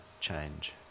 change